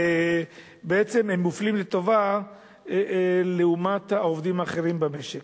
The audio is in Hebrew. ובעצם הם מופלים לטובה לעומת העובדים האחרים במשק.